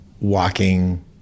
walking